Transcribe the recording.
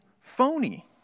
phony